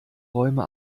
räume